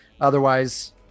Otherwise